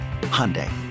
Hyundai